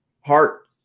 heart